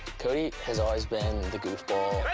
cody has always been the goofball.